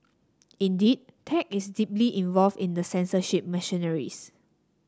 indeed tech is deeply involved in the censorship machineries